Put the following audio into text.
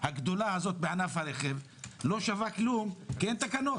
הגדולה בענף הרכב לא שווה כלום כי אין תקנות.